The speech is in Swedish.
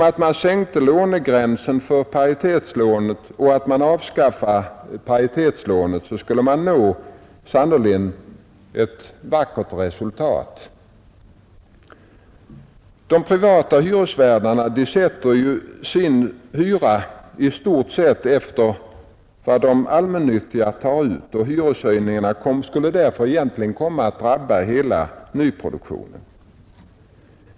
Att sänka lånegränsen för paritetslånet respektive avskaffa paritetslånet skulle sannerligen ge ett vackert resultat! De privata hyresvärdarna sätter ju sin hyra i stort sett efter vad de allmännyttiga företagen tar ut. Hyreshöjningarna skulle därför egentligen komma att drabba hela nyproduktionen.